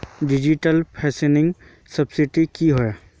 Digital financial services की होय?